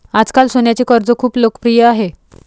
आजकाल सोन्याचे कर्ज खूप लोकप्रिय आहे